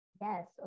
Yes